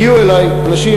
הגיעו אלי אנשים,